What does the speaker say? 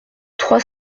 trois